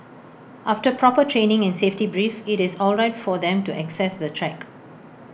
after proper training and safety brief IT is all right for them to access the track